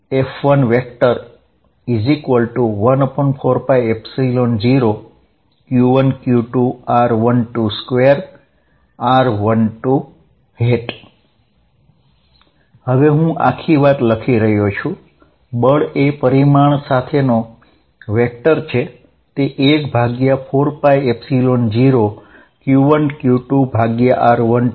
F1 14π0q1q2r12 2 r12 હવે હું આખી વાત લખી રહ્યો છું બળ એ મેગ્નીટ્યૂડ સાથેનો વેક્ટર 14π0q1q2r12 2 r12 છે